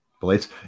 Blades